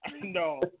No